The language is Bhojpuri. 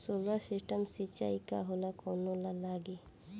सोलर सिस्टम सिचाई का होला कवने ला लागी?